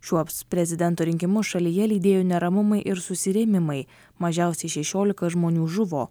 šiuops prezidento rinkimus šalyje lydėjo neramumai ir susirėmimai mažiausiai šešiolika žmonių žuvo